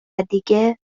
دیگه